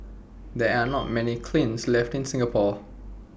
there are not many kilns left in Singapore